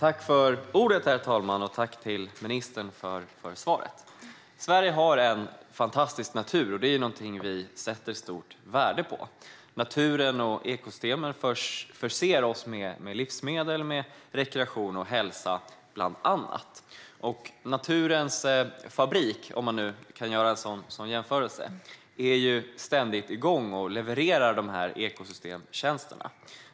Herr talman! Tack, ministern, för svaret! Sverige har en fantastisk natur, och det är någonting som vi sätter stort värde på. Naturen och ekosystemen förser oss bland annat med livsmedel, rekreation och hälsa. Naturens fabrik - om man nu kan göra en sådan jämförelse - är ständigt igång och levererar dessa ekosystemtjänster.